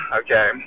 okay